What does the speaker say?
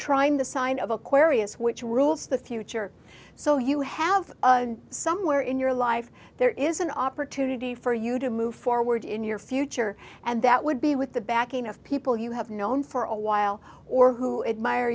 trying the sign of aquarius which rules the future so you have somewhere in your life there is an opportunity for you to move forward in your future and that would be with the backing of people you have known for a while or who admire